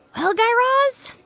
well, guy raz,